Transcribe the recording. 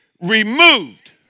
removed